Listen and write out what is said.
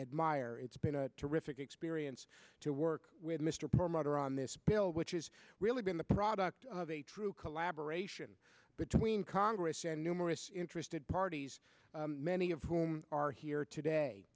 admire it's been a terrific experience to work with mr promoter on this bill which is really been the product of a true collaboration between congress and numerous interested parties many of whom are here today